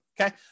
okay